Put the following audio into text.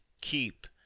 keep